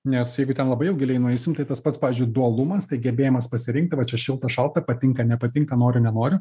nes jeigu ten labai jau giliai nueisim tai tas pats pavyzdžiui dualumas tai gebėjimas pasirinkti va čia šilta šalta patinka nepatinka noriu nenoriu